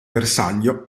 bersaglio